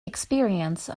experience